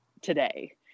today